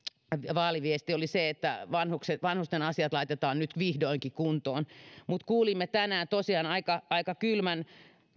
vaaliviesti oli se että vanhusten asiat laitetaan nyt vihdoinkin kuntoon mutta kuulimme tänään tosiaan aika aika kylmän